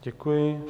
Děkuji.